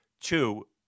Two